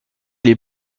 les